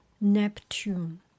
Neptune